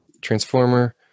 transformer